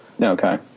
Okay